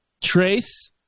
Trace